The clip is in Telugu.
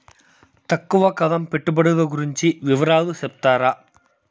తక్కువ కాలం పెట్టుబడులు గురించి వివరాలు సెప్తారా?